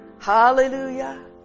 Hallelujah